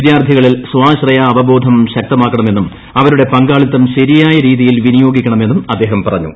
വിദ്യാർത്ഥികളിൽ സ്വാശ്രായാവബോധം ശക്തമാക്കണമെന്നും അവരുടെ പങ്കാളിത്തം വിനിയോഗിക്കണമെന്നും അദ്ദേഹം പറഞ്ഞു